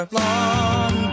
long